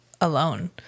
alone